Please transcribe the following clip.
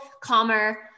calmer